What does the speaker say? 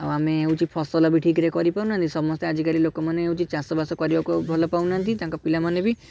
ଆଉ ଆମେ ହେଉଛି ଫସଲ ବି ଠିକ୍ରେ କରିପାରୁନାହାଁନ୍ତି ସମସ୍ତେ ଆଜିକାଲି ଲୋକମାନେ ହେଉଛି ଚାଷବାସ କରିବାକୁ ଆଉ ଭଲ ପାଉନାହାଁନ୍ତି ତାଙ୍କ ପିଲାମାନେ ବି